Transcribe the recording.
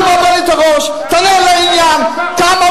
קודם כול תלמידי הישיבות ילכו